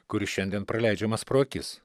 kuris šiandien praleidžiamas pro akis